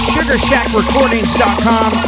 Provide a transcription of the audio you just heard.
SugarshackRecordings.com